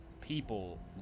people